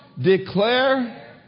declare